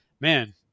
Man